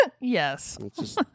Yes